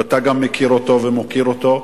וגם אתה מכיר ומוקיר אותו,